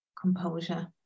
composure